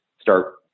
start